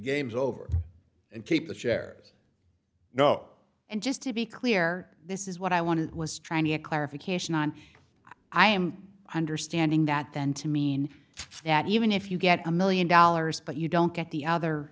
game's over and keep the shares no and just to be clear this is what i wanted was trying to get clarification on i am understanding that tend to mean that even if you get a one million dollars but you don't get the other